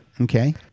Okay